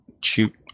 shoot